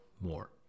more